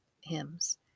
hymns